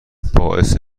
باعث